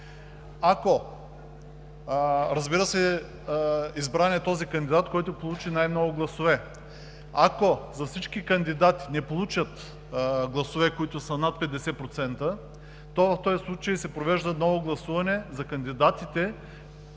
гласуване. Избран е този кандидат, който получи най-много гласове. Ако всички кандидати не получат гласове, които са над 50%, то в този случай се провежда ново гласуване за двама от кандидатите,